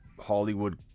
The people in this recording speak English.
Hollywood